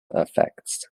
effects